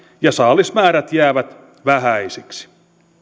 ja saalismäärät jäävät vähäisiksi